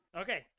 Okay